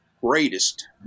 greatest